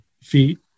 feet